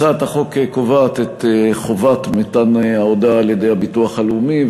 הצעת החוק קובעת את חובת מתן ההודעה על-ידי הביטוח הלאומי,